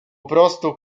prostu